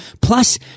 Plus